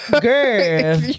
girl